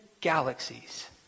galaxies